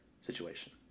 situation